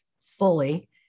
fully